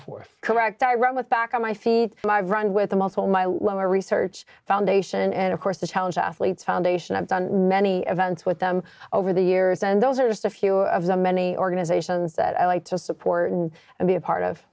forth correct i run with back on my feet and i've run with the muscle in my lower research foundation and of course the challenge athletes foundation i've done many events with them over the years and those are just a few of the many organizations that i like to support and and be a part of